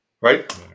right